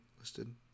listed